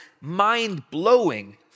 mind-blowing